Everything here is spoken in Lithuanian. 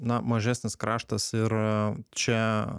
na mažesnis kraštas ir a čia